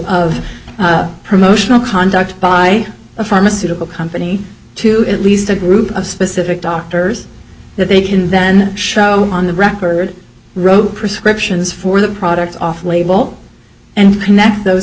of promotional conduct by a pharmaceutical company to at least a group of specific doctors that they can then show on the record row prescriptions for the product off label and connect those